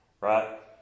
right